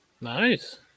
Nice